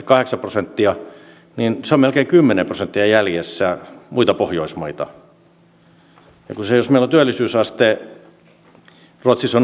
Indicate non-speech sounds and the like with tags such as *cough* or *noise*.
*unintelligible* kahdeksan prosenttia on melkein kymmenen prosenttia jäljessä muita pohjoismaita jos työllisyysaste ruotsissa *unintelligible*